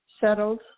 settled